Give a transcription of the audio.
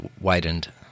widened